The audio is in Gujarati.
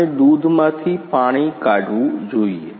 આપણે દૂધમાંથી પાણી કાઢવું જોઈએ